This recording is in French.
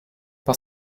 par